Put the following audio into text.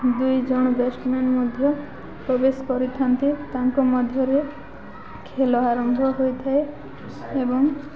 ଦୁଇଜଣ ବ୍ୟାଟ୍ମ୍ୟାନ୍ ମଧ୍ୟ ପ୍ରବେଶ କରିଥାନ୍ତି ତାଙ୍କ ମଧ୍ୟରେ ଖେଳ ଆରମ୍ଭ ହୋଇଥାଏ ଏବଂ